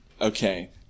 okay